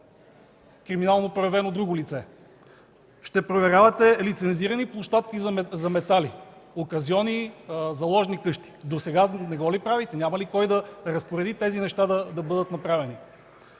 криминално проявено друго лице. Ще проверявате лицензирани площадки за метали – оказиони, заложни къщи. Досега не го ли правихте, нямаше ли кой да разпореди тези неща да бъдат направени?!